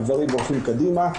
הגברים הולכים קדימה,